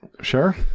Sure